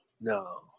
no